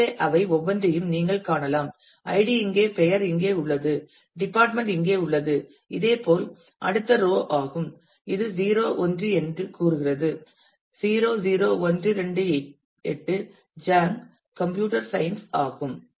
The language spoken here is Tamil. எனவே அவை ஒவ்வொன்றையும் நீங்கள் காணலாம் ஐடி ID இங்கே பெயர் இங்கே உள்ளது டிபார்ட்மென்ட் இங்கே உள்ளது இதேபோல் இது அடுத்த ரோ ஆகும் இது 0 1 என்று கூறுகிறது 00128 ஜாங் கம்ப்யூட்டர் சயின்ஸ் ஆகும்